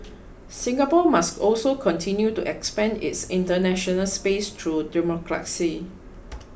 Singapore must also continue to expand its international space through diplomacy